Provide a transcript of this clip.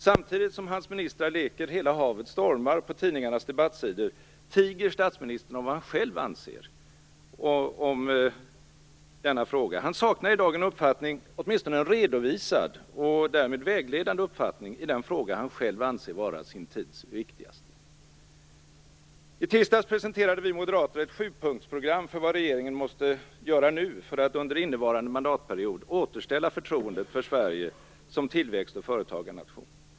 Samtidigt som hans ministrar leker hela havet stormar på tidningarnas debattsidor tiger statsministern om vad han själv anser om denna fråga. Han saknar i dag en uppfattning, åtminstone en redovisad och därmed vägledande uppfattning, i den fråga han själv anser vara sin tids viktigaste. I tisdags presenterade vi moderater ett sjupunktsprogram för vad regeringen nu måste göra för att under innevarande mandatperiod återställa förtroendet för Sverige som tillväxt och företagarnation.